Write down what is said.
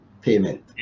payment